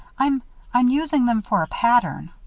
i'm i'm using them for a pattern.